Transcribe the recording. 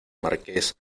marqués